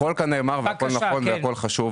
הכול כאן נאמר והכל נכון והכל חשוב.